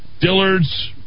Dillard's